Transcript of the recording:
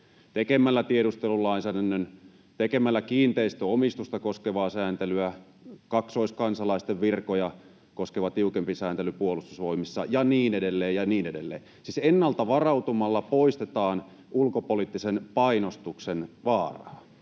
tekemällä tiedustelulainsäädännön, tekemällä kiinteistöomistusta koskevaa sääntelyä, kaksoiskansalaisten virkoja koskevan tiukemman sääntelyn Puolustusvoimissa ja niin edelleen ja niin edelleen. Siis ennalta varautumalla poistetaan ulkopoliittisen painostuksen vaaraa.